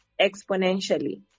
exponentially